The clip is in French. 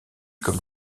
comme